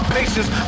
patience